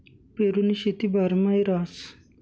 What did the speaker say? पेरुनी शेती बारमाही रहास